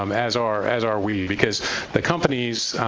um as are as are we, because the companies,